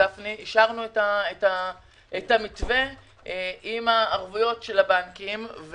אישרנו את המתווה עם ערבויות הבנקים,